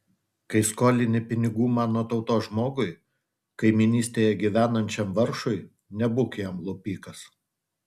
kai skolini pinigų mano tautos žmogui kaimynystėje gyvenančiam vargšui nebūk jam lupikas